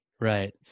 right